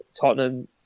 Tottenham